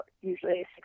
usually